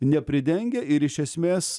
nepridengia ir iš esmės